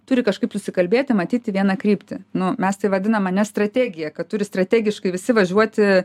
turi kažkaip susikalbėti matyti vieną kryptį nu mes tai vadinam ar ne strategija kad turi strategiškai visi važiuoti